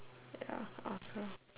ya I also